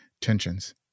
tensions